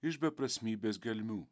iš beprasmybės gelmių